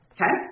Okay